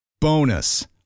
Bonus